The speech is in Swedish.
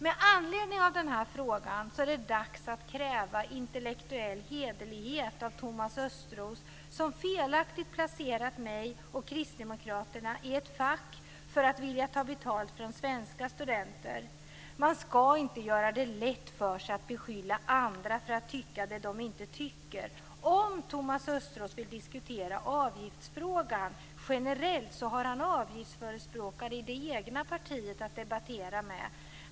Med anledning av denna fråga är det dags att kräva intellektuell hederlighet av Thomas Östros, som felaktigt placerat mig och Kristdemokraterna i ett fack där vi skulle vilja ta betalt av svenska studenter. Man ska inte göra det lätt för sig genom att beskylla andra för att tycka det de inte tycker. Om Thomas Östros vill diskutera avgiftsfrågan generellt så har han avgiftsförespråkare i det egna partiet att debattera med.